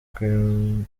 amaboko